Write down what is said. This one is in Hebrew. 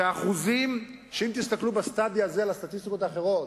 אם תסתכלו ב-study הזה על הסטטיסטיקות האחרות,